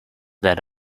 that